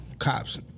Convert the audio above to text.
cops